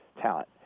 talent